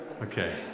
Okay